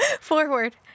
forward